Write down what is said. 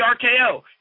RKO